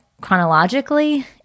chronologically